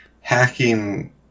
hacking